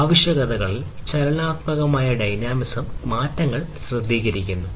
അതിനാൽ ആവശ്യകതകളിൽ ചലനാത്മകമായ മാറ്റങ്ങൾ ശ്രദ്ധിക്കുന്നു